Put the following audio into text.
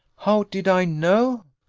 how did i know?